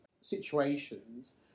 situations